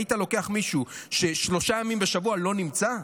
היית לוקח מישהו ששלושה ימים בשבוע לא נמצא?